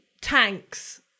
tanks